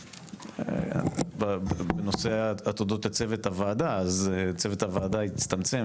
בנושאי צוות הוועדה הוא הצטמצם,